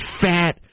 fat